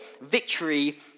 victory